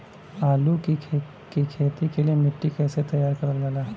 आलू की खेती के लिए मिट्टी कैसे तैयार करें जाला?